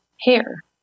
Hair